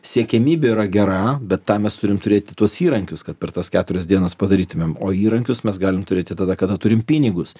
siekiamybė yra gera bet tam mes turim turėti tuos įrankius kad per tas keturias dienas padarytumėm o įrankius mes galim turėti tada kada turim pinigus